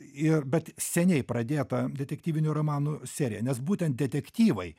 ir bet seniai pradėta detektyvinių romanų serija nes būtent detektyvai